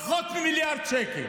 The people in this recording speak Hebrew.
פחות ממיליארד שקל.